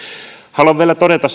haluan vielä todeta